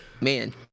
man